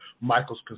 Michael's